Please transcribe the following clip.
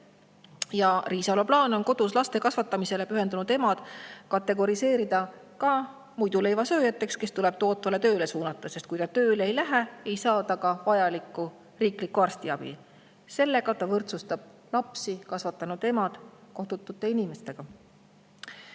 Riisalo plaan on kodus laste kasvatamisele pühendunud emad kategoriseerida muiduleivasööjateks, kes tuleb tootvale tööle suunata, sest kui nad tööle ei lähe, ei saa nad ka vajalikku riiklikku arstiabi. Ta võrdsustab lapsi kasvatanud emad kasutute inimestega.